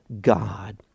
God